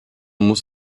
muss